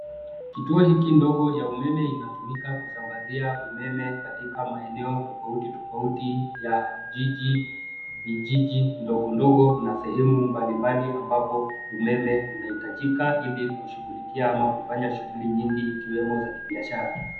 Kituo hiki ndogo ya umeme inatumika kusambazia umeme katika maeneo tofauti tofauti yavi jiji ndogo ndogo na sehemu mbalimbali ambapo umeme unahitajika ili kushughulikia ama kufanya shughuli nyingi ikiwemo za kibiasara.